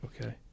okay